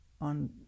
on